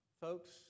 Folks